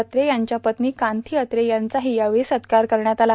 अत्रे यांच्या पत्नी कांथी अत्रे यांचाही यावेळी सत्कार करण्यात आला